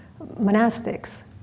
monastics